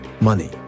money